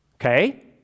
okay